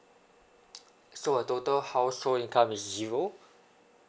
so her total household income is zero